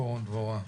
פורום דבורה.